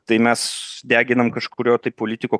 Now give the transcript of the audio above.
tai mes deginam kažkurio tai politiko